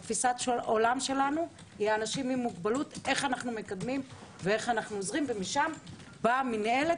התפיסת עולם שלנו היא איך אנחנו מקדמים ועוזרים לאנשים עם מוגבלות,